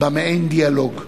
במעין דיאלוג.